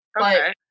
okay